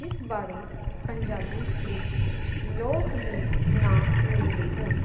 ਜਿਸ ਬਾਰੇ ਪੰਜਾਬੀ ਵਿੱਚ ਲੋਕ ਗੀਤ ਨਾ ਮਿਲਦੇ ਹੋਣ